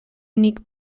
unique